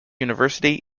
university